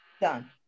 Done